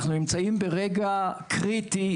אנחנו נמצאים ברגע קריטי,